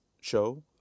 show